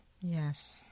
Yes